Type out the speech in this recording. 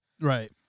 Right